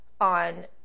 on